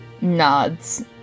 nods